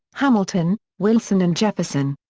hamilton, wilson and jefferson.